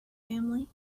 family